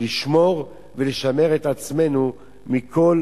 לשמור ולשמר את עצמנו מכל